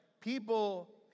people